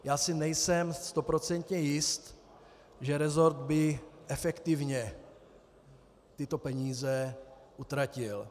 Já si nejsem stoprocentně jist, že resort by efektivně tyto peníze utratil.